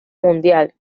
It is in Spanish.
mundial